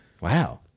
Wow